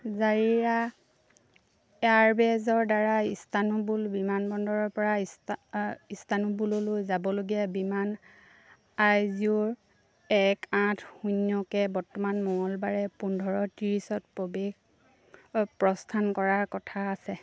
Jazeera এয়াৰৱে'জৰদ্বাৰা Istanbul বিমানবন্দৰৰপৰা ইস্তানবুললৈ যাবলগীয়া বিমান আই জি অ' এক আঠ শূন্য কে বৰ্তমান মঙলবাৰে পোন্ধৰ ত্ৰিছত প্ৰৱেশ অ' প্ৰস্থান কৰাৰ কথা আছে